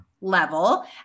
level